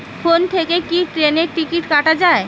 Phone থেকে কি ট্রেনের টিকিট কাটা য়ায়?